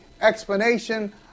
explanation